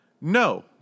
No